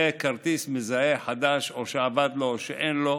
זה כרטיס מזהה חדש, או שאבד לו או שאין לו.